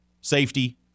Safety